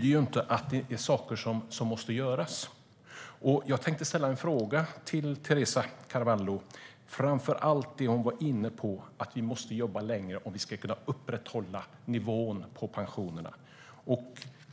Det finns saker som måste göras, och jag tänkte ställa en fråga till Teresa Carvalho, framför allt när det gäller det hon var inne på om att vi måste jobba längre om vi ska kunna upprätthålla nivån på pensionerna.